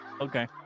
Okay